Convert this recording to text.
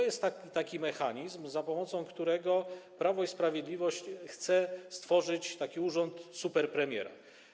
Jest taki mechanizm, za pomocą którego Prawo i Sprawiedliwość chce stworzyć taki urząd superpremiera.